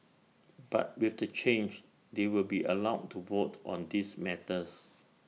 but with the change they will be allowed to vote on these matters